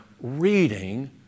reading